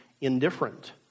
indifferent